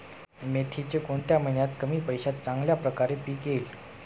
मेथीचे कोणत्या महिन्यात कमी पैशात चांगल्या प्रकारे पीक येईल?